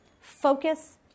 focus